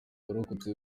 warokotse